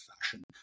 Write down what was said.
fashion